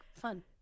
fun